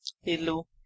Hello